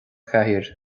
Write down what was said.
chathaoir